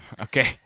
Okay